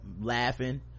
laughing